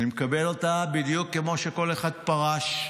אני מקבל אותה בדיוק כמו כל אחד שפרש.